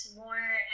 more